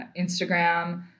Instagram